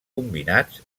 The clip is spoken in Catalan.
combinats